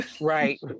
Right